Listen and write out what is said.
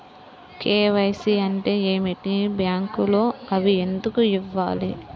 KYC అంటే ఏమిటి? బ్యాంకులో అవి ఎందుకు ఇవ్వాలి?